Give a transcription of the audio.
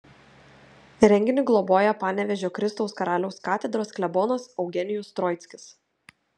renginį globoja panevėžio kristaus karaliaus katedros klebonas eugenijus troickis